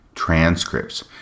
transcripts